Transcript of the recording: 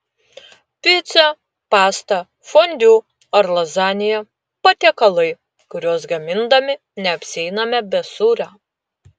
pica pasta fondiu ar lazanija patiekalai kuriuos gamindami neapsieiname be sūrio